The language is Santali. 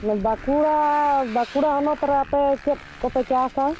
ᱵᱟᱸᱠᱩᱲᱟ ᱵᱟᱸᱠᱩᱲᱟ ᱦᱚᱱᱚᱛ ᱨᱮ ᱟᱯᱮ ᱪᱮᱫ ᱠᱚᱯᱮ ᱪᱟᱥᱟ